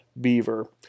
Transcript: Beaver